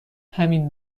همین